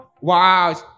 Wow